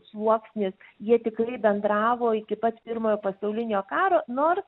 sluoksnis jie tikrai bendravo iki pat pirmojo pasaulinio karo nors